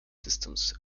systems